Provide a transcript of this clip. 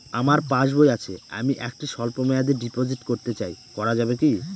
আমার পাসবই আছে আমি একটি স্বল্পমেয়াদি ডিপোজিট করতে চাই করা যাবে কি?